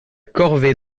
corvée